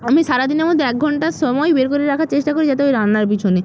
আমি সারা দিনের মধ্যে এক ঘণ্টা সময় বের করে রাখার চেষ্টা করি যাতে ওই রান্নার পিছনে